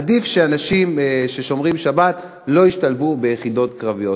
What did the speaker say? עדיף שאנשים ששומרים שבת לא ישתלבו ביחידות קרביות.